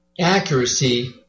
accuracy